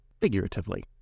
figuratively